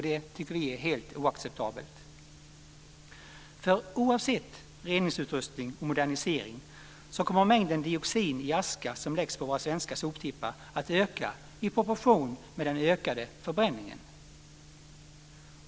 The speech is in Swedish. Det tycker vi är helt oacceptabelt, för oavsett reningsutrustning och modernisering kommer mängden dioxin i aska som läggs på våra svenska soptippar att öka i proportion med den ökade förbränningen.